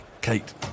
Kate